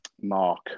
Mark